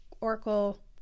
Oracle